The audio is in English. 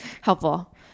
helpful